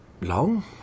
Long